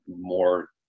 more